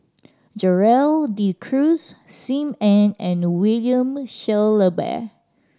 Gerald De Cruz Sim Ann and William Shellabear